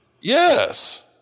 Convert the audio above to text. Yes